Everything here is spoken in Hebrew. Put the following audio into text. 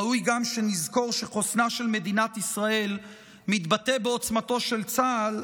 ראוי גם שנזכור שחוסנה של מדינת ישראל מתבטא בעוצמתו של צה"ל,